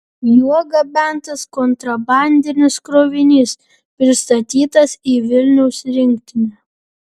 juo gabentas kontrabandinis krovinys pristatytas į vilniaus rinktinę